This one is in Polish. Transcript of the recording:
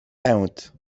pęd